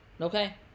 Okay